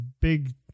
big